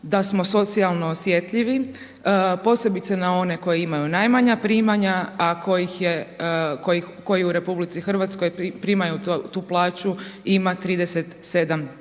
da smo socijalno, osjetljivi posebice na one koji imaju najmanja primanja, a koji u Republici Hrvatskoj primaju tu plaću ima 37000.